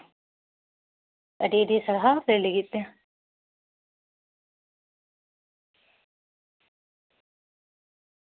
ᱟᱹᱰᱤ ᱟᱹᱰᱤ ᱥᱟᱨᱦᱟᱣ ᱞᱟᱹᱭ ᱞᱟᱹᱜᱤᱫ ᱛᱮ